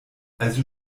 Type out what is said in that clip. also